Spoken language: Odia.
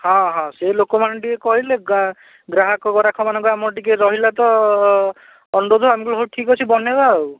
ହଁ ହଁ ସେଇ ଲୋକମାନେ ଟିକିଏ କହିଲେ ଗ୍ରାହକ ଗରାଖମାନଙ୍କ ଆମର ଟିକିଏ ରହିଲା ତ ଅନୁରୋଧ ଆମେ କହିଲୁ ହଉ ଠିକ୍ ଅଛି ବନେଇବା ଆଉ